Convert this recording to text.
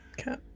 Okay